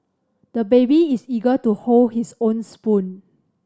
the baby is eager to hold his own spoon